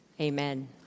Amen